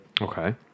Okay